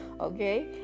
okay